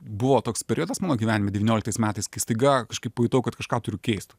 buvo toks periodas mano gyvenime devynioliktais metais kai staiga kažkaip pajutau kad kažką turiu keist